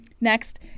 Next